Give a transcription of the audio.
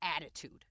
attitude